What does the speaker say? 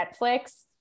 netflix